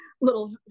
little